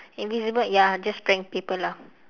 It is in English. invisible ya just prank people lah